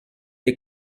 des